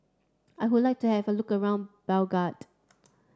I would like to have a look around Belgrade